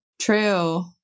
True